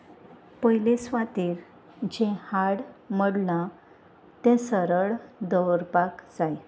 पयले सुवातेर जें हाड मोडलां तें सरळ दवरपाक जाय